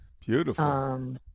Beautiful